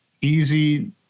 easy